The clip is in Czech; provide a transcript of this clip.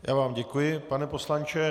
Já vám děkuji, pane poslanče.